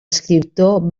escriptor